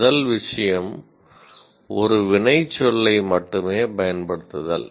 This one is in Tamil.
முதல் விஷயம் ஒரு வினைச்சொல்லை மட்டுமே பயன்படுத்துதல்